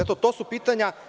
Eto, to su pitanja.